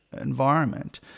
environment